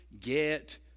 get